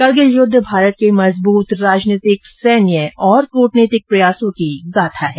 करगिल युद्ध भारत के मजबूत राजनीतिक सैन्य और कूटनीतिक प्रयासों की गाथा है